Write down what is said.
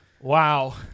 Wow